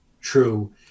true